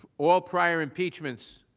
all prior impeachment